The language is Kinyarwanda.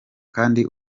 kandi